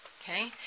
Okay